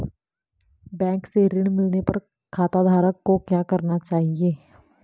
Bank से ऋण मिलने पर खाताधारक को क्या करना चाहिए?